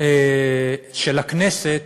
של הכנסת